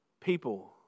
people